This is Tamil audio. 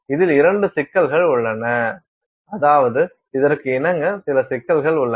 இதில் இரண்டு சிக்கல்கள் உள்ளன அதாவது இதற்கு இணங்க சில சிக்கல்கள் உள்ளன